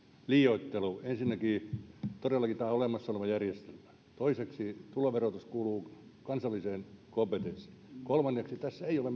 liioittelu ensinnäkin tämä on todellakin olemassa oleva järjestelmä toiseksi tuloverotus kuuluu kansalliseen kompetenssiin kolmanneksi tässä ei ole